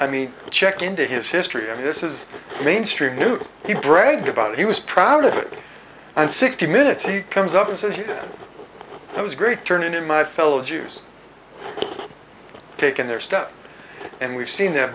i mean check into his history i mean this is mainstream news he bragged about he was proud of it and sixty minutes he comes up and says i was great turning in my fellow jews taken their stuff and we've seen that